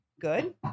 good